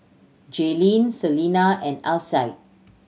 Jaelynn Selina and Alcide